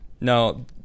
no